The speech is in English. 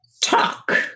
talk